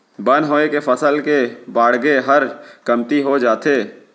बन होय ले फसल के बाड़गे हर कमती हो जाथे